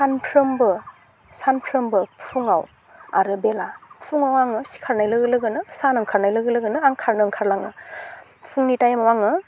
सानफ्रोमबो सानफ्रोमबो फुङाव आरो बेला फुङाव आङो सिखारनाय लोगो लोगोनो सान ओंखारनाय लोगो लोगोनो आं खारनो ओंखारलाङो फुंनि टाइमआव आङो